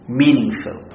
meaningful